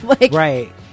right